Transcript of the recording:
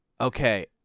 okay